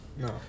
No